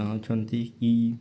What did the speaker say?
ଚାହୁଁଛନ୍ତି କି